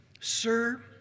Sir